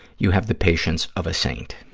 you have the patience of a saint.